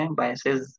biases